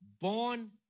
born